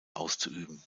auszuüben